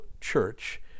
church